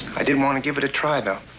i did want to give it a try, though.